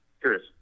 curious